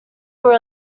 were